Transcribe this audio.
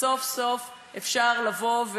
וסוף-סוף אפשר לבוא,